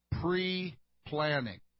pre-planning